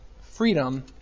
freedom